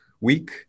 week